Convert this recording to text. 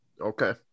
Okay